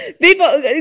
people